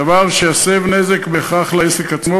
דבר שבהכרח יסב נזק לעסק עצמו,